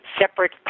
separate